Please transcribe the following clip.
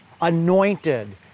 anointed